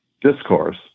discourse